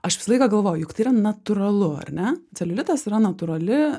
aš visą laiką galvoju kad yra natūralu ar ne celiulitas yra natūrali